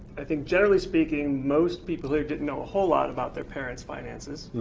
i think generally speaking most people here didn't know a whole lot about their parents' finances.